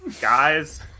guys